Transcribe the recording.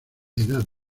edad